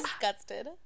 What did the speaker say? disgusted